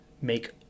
make